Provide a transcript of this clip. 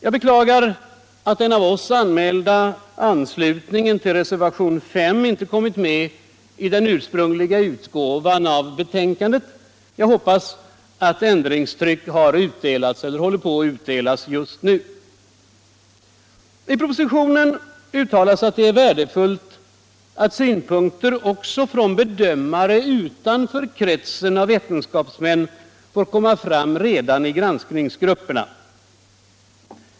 Jag beklagar att den av oss anmälda anslutningen till reservationen Sinte kommit med i den ursprungliga utgåvan av betänkandet. Jag hoppas att ändringstryck utdelats eller håller på att utdelas just nu. I propositionen uttalas att det är värdefullt att synpunkter också från bedömare utanför kretsen av vetenskapsmän får komma fram redan i granskningsgrupperna.